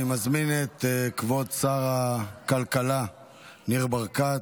אני מזמין את כבוד שר הכלכלה ניר ברקת